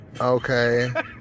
okay